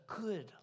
good